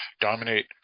dominate